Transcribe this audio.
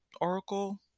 Oracle